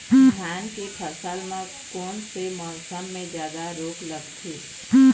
धान के फसल मे कोन से मौसम मे जादा रोग लगथे?